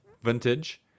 vintage